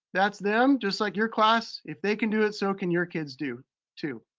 that's them, just like your class. if they can do it, so can your kids do too.